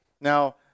Now